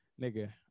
Nigga